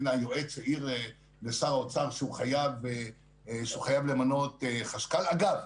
הנה היועץ העיר לשר האוצר שהוא חייב למנות חשכ"ל אגב,